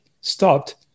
stopped